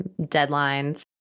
deadlines